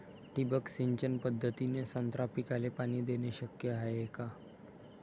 ठिबक सिंचन पद्धतीने संत्रा पिकाले पाणी देणे शक्य हाये का?